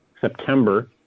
September